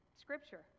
scripture